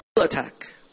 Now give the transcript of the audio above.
attack